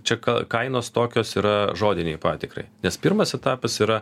čia ką kainos tokios yra žodiniai patikrai nes pirmas etapas yra